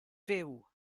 fyw